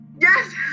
Yes